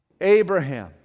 Abraham